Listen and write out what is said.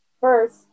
First